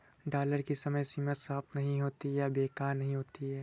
dollar की समय सीमा समाप्त नहीं होती है या बेकार नहीं होती है